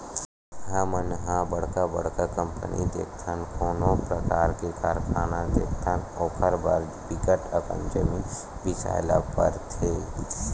हमन ह बड़का बड़का कंपनी देखथन, कोनो परकार के कारखाना देखथन ओखर बर बिकट अकन जमीन बिसाए ल परथे